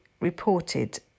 reported